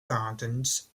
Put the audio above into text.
gardens